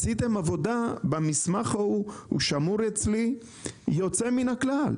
עשיתם עבודה יוצאת מן הכלל,